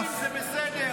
אבל שקרים זה בסדר.